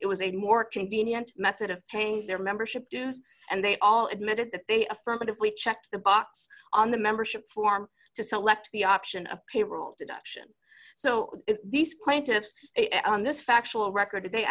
it was a more convenient method of paying their membership dues and they all admitted that they affirmatively checked the box on the membership form to select the option of payroll deduction so these plaintiffs on this factual record they